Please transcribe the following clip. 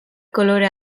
kolore